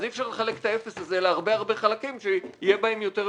אי אפשר לחלק את האפס הזה להרבה חלקים שיהיה בהם יותר מאפס.